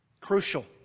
crucial